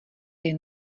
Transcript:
jen